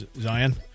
Zion